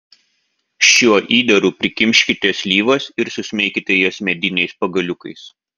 šiuo įdaru prikimškite slyvas ir susmeikite jas mediniais pagaliukais